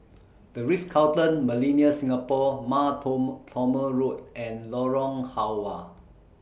The Ritz Carlton Millenia Singapore Mar Thoma Road and Lorong Halwa